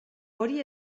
hori